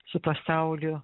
su pasauliu